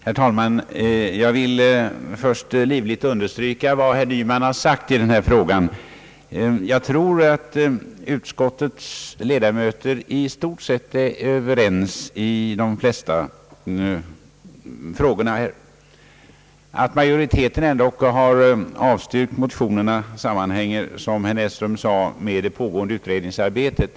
Herr talman! Jag vill först livligt understryka vad herr Nyman sagt i den här frågan. Jag tror att utskottets ledamöter i stort sett är överens om det mesta härvidlag, och att majoriteten ändock har avstyrkt motionerna sammanhänger, som herr Näsström sade, med det pågående utredningsarbetet.